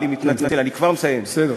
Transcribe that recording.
נא לסיים.